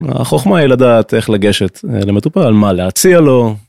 החוכמה היא לדעת איך לגשת למטופל, מה להציע לו.